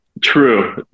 True